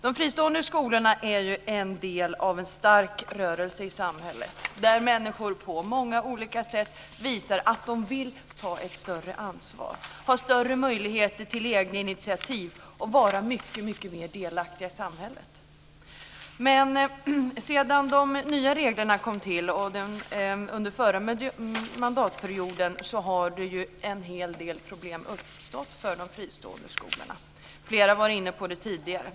De fristående skolorna är en del av en stark rörelse i samhället där människor på många olika sätt visar att de vill ta ett större ansvar, ha större möjligheter till egna initiativ och vara mycket mer delaktiga i samhället. Men sedan de nya reglerna kom till under den förra mandatperioden har en hel del problem uppstått för de fristående skolorna. Flera har varit inne på det tidigare.